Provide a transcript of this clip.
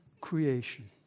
creation